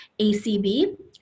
ACB